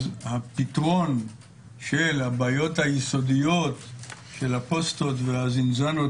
הפתרון של הבעיות היסודיות של הפוסטות והזינזאנות